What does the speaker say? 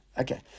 Okay